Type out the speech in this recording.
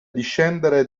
discendere